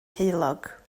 heulog